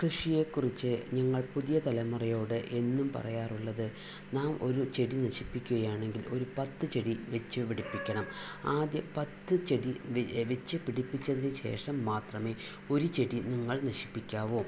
കൃഷിയെ കുറിച്ച് ഞങ്ങൾ പുതിയ തലമുറയോട് എന്നും പറയാറുള്ളത് നാം ഒരു ചെടി നശിപ്പിക്കുകയാണെങ്കിൽ ഒരു പത്ത് ചെടി വെച്ച് പിടിപ്പിക്കണം ആദ്യം പത്ത് ചെടി വച്ച് പിടിപ്പിച്ചതിന് ശേഷം മാത്രമേ ഒരു ചെടി നിങ്ങൾ നശിപ്പിക്കാവു